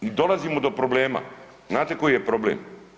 I dolazimo do problema, znate koji je problem?